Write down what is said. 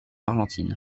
argentine